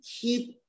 keep